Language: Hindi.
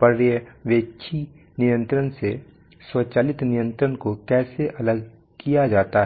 पर्यवेक्षी नियंत्रण से स्वचालित नियंत्रण को कैसे अलग किया जाता है